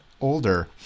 older